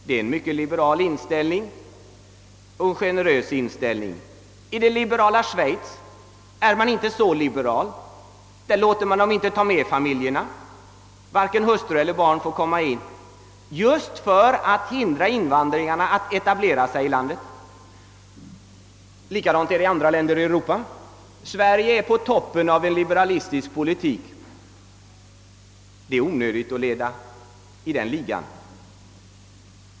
Det är en mycket liberal och generös inställning. I det liberala Schweiz är man inte så libe ral. Där låter man inte invandrarna ta med familjerna. Varken hustru eller barn får komma in just därför att man vill hindra invandrarna från att etablera sig i landet. Likadant är det i andra europeiska länder. Sverige står på toppen i fråga om en liberalistisk politik. Det är onödigt att vi leder i den ligan.